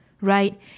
right